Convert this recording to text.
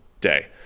day